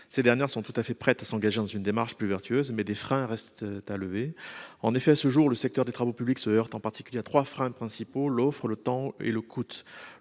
Ces derniers sont tout à fait prêts à s'engager dans une démarche plus vertueuse, mais des freins restent à lever. En effet, à ce jour, le secteur des travaux publics se heurte en particulier à trois freins principaux : l'offre, le temps et le coût.